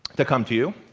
the come to you